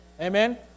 Amen